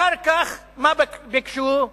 אחר כך מה ביקשו?